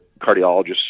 cardiologists